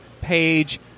page